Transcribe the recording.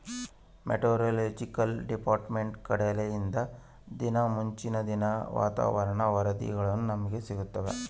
meteorological department ಕಡೆಲಿಂದ ದಿನಾ ಮುಂಚಿನ ದಿನದ ವಾತಾವರಣ ವರದಿಗಳು ನಮ್ಗೆ ಸಿಗುತ್ತವ